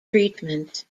treatment